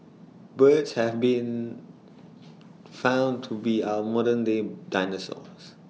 birds have been found to be our modern day dinosaurs